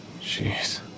Jeez